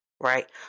right